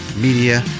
Media